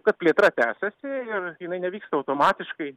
kad plėtra tęsiasi ir jinai nevyksta automatiškai